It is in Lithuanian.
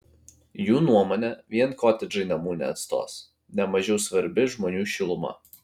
jų nuomone vien kotedžai namų neatstos ne mažiau svarbi žmonių šiluma